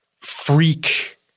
freak